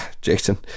Jason